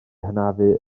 hanafu